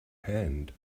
hand